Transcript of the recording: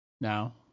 Now